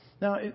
Now